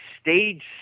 stage